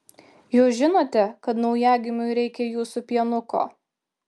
jūs žinote kad naujagimiui reikia jūsų pienuko